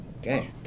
okay